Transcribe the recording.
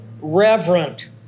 reverent